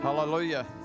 Hallelujah